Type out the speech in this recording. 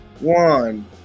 one